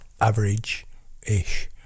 average-ish